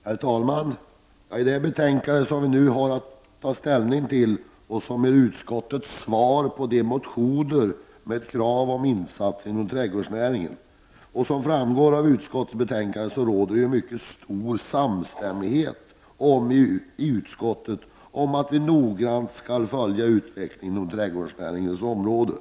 Herr talman! Det betänkande som vi nu har att ta ställning till är utskottets svar på de motioner som har väckts innehållande krav på insatser inom trädgårdsnäringen. Som framgår av utskottsbetänkandet råder det mycket stor samstämmighet i utskottet om att vi noggrant skall följa utvecklingen inom trädgårdsnäringens område.